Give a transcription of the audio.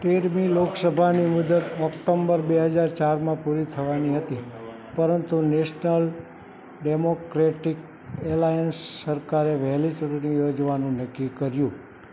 તેરમી લોકસભાની મુદત ઓક્ટોમ્બર બે હજાર ચારમાં પૂરી થવાની હતી પરંતુ નેશનલ ડેમોક્રેટિક એલાયન્સ સરકારે વહેલી ચૂંટણી યોજવાનું નક્કી કર્યું